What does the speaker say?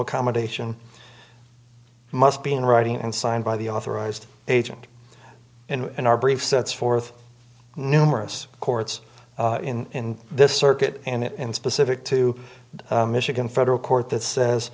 accommodation must be in writing and signed by the authorized agent in our brief sets forth numerous courts in this circuit and specific to the michigan federal court that says